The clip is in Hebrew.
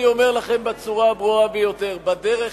אני אומר לכם בצורה הברורה ביותר: בדרך